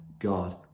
God